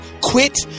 quit